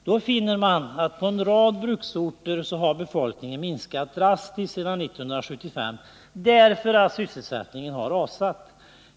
Då finner man att på en rad bruksorter har befolkningen minskat drastiskt sedan 1975, därför att sysselsättningen har rasat.